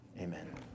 Amen